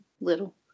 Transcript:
little